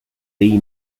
dei